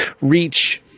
reach